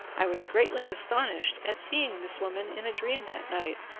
i was greatly astonished at seeing this woman in a dream that night,